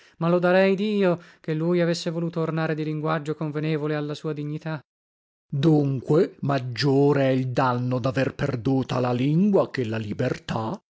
ma lodarei dio che lui avesse voluto ornare di linguaggio convenevole alla sua dignità corteg dunque maggiore è il danno daver perduta la lingua che la libertà